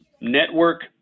network